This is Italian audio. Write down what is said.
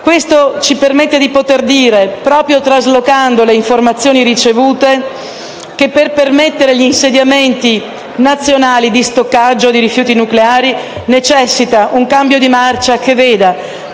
Questo ci permette di dire, proprio trasferendo le informazioni ricevute, che per permettere gli insediamenti nazionali di stoccaggio dei rifiuti nucleari è necessario un cambio di marcia che veda